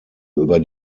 über